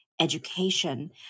education